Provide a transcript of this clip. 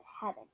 heaven